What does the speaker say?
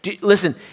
Listen